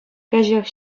кӗҫех